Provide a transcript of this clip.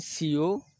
CO